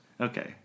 Okay